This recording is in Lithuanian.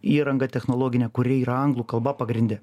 įranga technologine kuri yra anglų kalba pagrinde